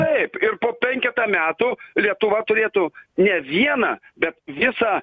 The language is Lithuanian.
taip ir po penketą metų lietuva turėtų ne vieną bet visą